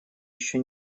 еще